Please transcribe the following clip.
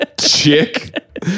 chick